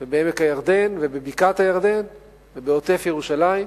ובעמק-הירדן ובבקעת-הירדן ובעוטף-ירושלים.